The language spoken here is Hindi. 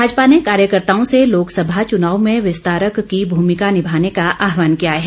भाजपा ने कार्यकर्ताओं से लोकसभा चनाव में विस्तारक की भुमिका निभाने का आहवान किया है